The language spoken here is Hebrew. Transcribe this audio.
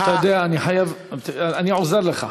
אתה יודע, אני עוזר לך.